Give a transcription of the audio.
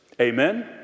Amen